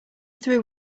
through